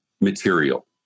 material